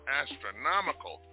astronomical